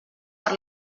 per